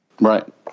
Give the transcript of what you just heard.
Right